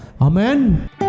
Amen